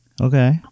Okay